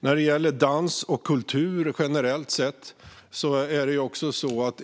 Så till dans och annan kultur.